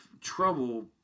trouble